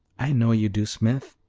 i know you do, smith.